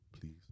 Please